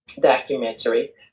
documentary